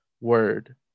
word